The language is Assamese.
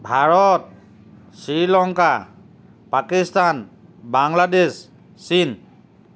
ভাৰত শ্ৰীলংকা পাকিস্তান বাংলাদেশ চীন